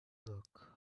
look